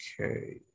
Okay